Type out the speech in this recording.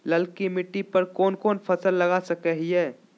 ललकी मिट्टी पर कोन कोन फसल लगा सकय हियय?